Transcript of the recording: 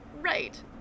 Right